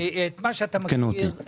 עדכנו אותי.